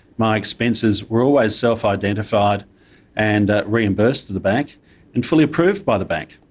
my expenses were always self identified and reimbursed to the bank and fully approved by the bank.